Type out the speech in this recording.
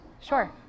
Sure